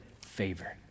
favor